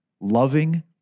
loving